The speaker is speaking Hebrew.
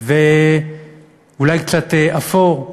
אולי קצת אפור,